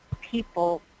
people